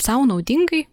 sau naudingai